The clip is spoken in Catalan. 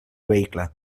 vehicle